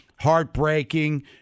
heartbreaking